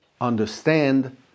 understand